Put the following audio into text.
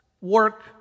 work